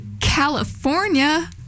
California